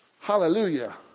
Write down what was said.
Hallelujah